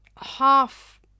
half